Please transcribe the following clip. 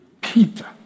Peter